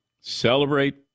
Celebrate